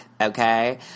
okay